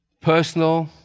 personal